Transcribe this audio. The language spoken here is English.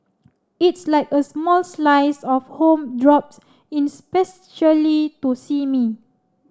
it's like a small slice of home drops in specially to see me